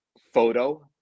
photo